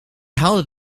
haalde